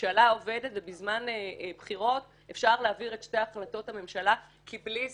ממשלה עובדת ובזמן בחירות אפשר להעביר את שתי החלטות הממשלה כי בלי זה,